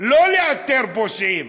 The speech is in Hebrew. לא לאתר פושעים.